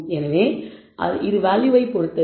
எனவே இது வேல்யூவை பொறுத்தது